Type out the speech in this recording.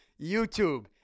YouTube